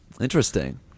Interesting